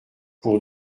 pour